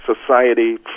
society